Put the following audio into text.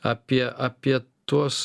apie apie tuos